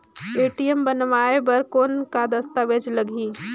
ATM बनवाय बर कौन का दस्तावेज लगही?